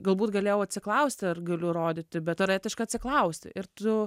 galbūt galėjau atsiklausti ar galiu rodyti bet ar etiška atsiklausti ir tu